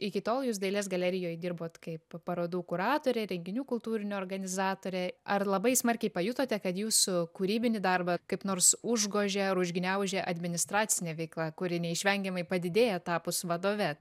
iki tol jūs dailės galerijoj dirbote kaip parodų kuratorė renginių kultūrinių organizatorė ar labai smarkiai pajutote kad jūsų kūrybinį darbą kaip nors užgožė ar užgniaužė administracinė veikla kuri neišvengiamai padidėja tapus vadove